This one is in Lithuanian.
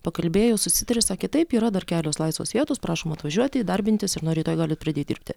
pakalbėjo susitarė sakė taip yra dar kelios laisvos vietos prašom atvažiuoti darbintis ir nuo rytoj galit pradėt dirbti